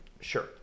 Sure